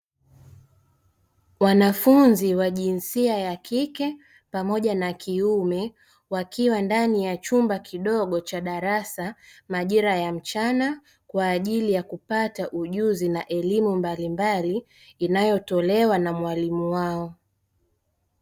Wanafunzi wa jinsia ya kike pamoja na kiume wakiwa ndani ya chumba kidogo cha darasa majira ya mchana, kwa ajili ya kupata ujuzi na elimu mbalimbali inayotolewa na mwalimu wao.